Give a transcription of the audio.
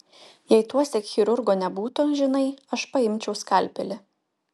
jei tuosyk chirurgo nebūtų žinai aš paimčiau skalpelį